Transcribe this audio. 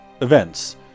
events